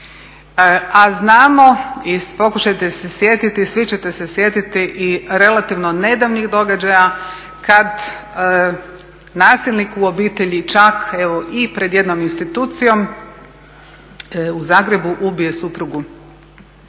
A znamo i pokušajte se sjetiti, svi ćete se sjetiti i relativno nedavnih događaja kad nasilnik u obitelji čak evo i pred jednom institucijom u Zagrebu je ubio suprugu